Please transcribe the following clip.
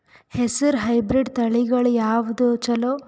ಹೆಸರ ಹೈಬ್ರಿಡ್ ತಳಿಗಳ ಯಾವದು ಚಲೋ?